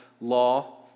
law